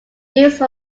use